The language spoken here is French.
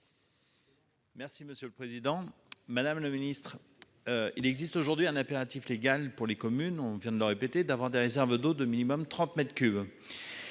Merci, monsieur le Président Madame le Ministre. Il existe aujourd'hui un impératif légal pour les communes, on vient de le répéter, d'avoir des réserves d'eau de minimum 30 m3.